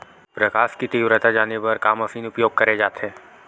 प्रकाश कि तीव्रता जाने बर का मशीन उपयोग करे जाथे?